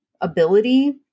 ability